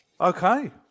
Okay